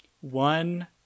one